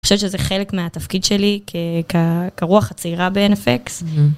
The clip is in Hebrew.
אני חושבת שזה חלק מהתפקיד שלי כרוח הצעירה ב-NFX.